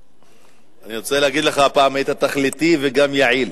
אני רוצה להגיד לך, הפעם היית תכליתי וגם יעיל.